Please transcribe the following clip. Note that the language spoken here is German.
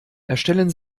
erstellen